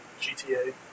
GTA